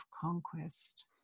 conquest